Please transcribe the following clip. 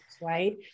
right